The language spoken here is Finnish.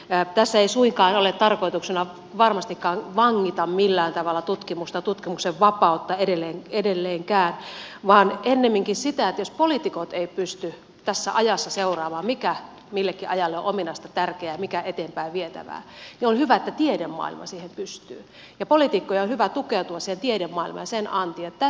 tässä ei suinkaan ole tarkoituksena varmastikaan vangita millään tavalla tutkimusta ja tutkimuksen vapautta edelleenkään vaan ennemminkin se että jos poliitikot eivät pysty tässä ajassa seuraamaan mikä millekin ajalle on ominaista tärkeää mikä eteenpäin vietävää niin on hyvä että tiedemaailma siihen pystyy ja poliitikkojen on hyvä tukeutua tiedemaailmaan ja sen antiin